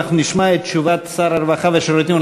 אנחנו נשמע את תשובת שר הרווחה והשירותים החברתיים